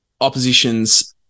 opposition's